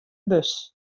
bus